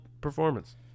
performance